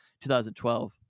2012